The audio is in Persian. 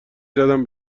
زدم